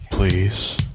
Please